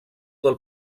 del